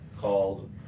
called